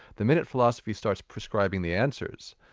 the minute philosophy starts prescribing the answers,